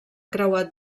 creuat